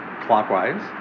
clockwise